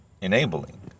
enabling